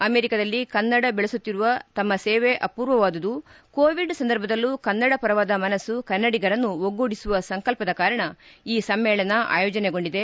ಅಮೆರಿಕದಲ್ಲಿ ಕನ್ನಡ ಬೆಳೆಸುತ್ತಿರುವ ತಮ್ಮ ಸೇವೆ ಅಪೂರ್ವವಾದುದು ಕೋವಿಡ್ ಸಂದರ್ಭದಲ್ಲೂ ಕನ್ನಡ ಪರವಾದ ಮನಸ್ಸು ಕನ್ನಡಿಗರನ್ನು ಒಗ್ಗೂಡಿಸುವ ಸಂಕಲ್ವದ ಕಾರಣ ಈ ಸಮ್ಮೇಳನ ಅಯೋಜನೆಗೊಂಡಿದೆ